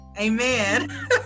Amen